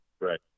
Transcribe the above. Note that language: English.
Right